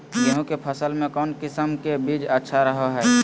गेहूँ के फसल में कौन किसम के बीज अच्छा रहो हय?